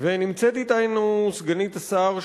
נמצאת אתנו סגנית השר,